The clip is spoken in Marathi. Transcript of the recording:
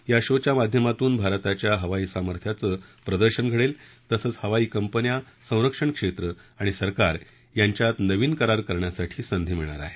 या शोचा माध्यमातून भारताच्या हवाई सामध्याचं पदर्शन घडेल तसंच हवाई कंपन्या संरक्षण क्षेत्र आणि सरकार यांच्यात नवीन करार करण्यासाठी संधी मिळणार आहे